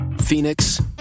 Phoenix